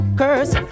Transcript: curse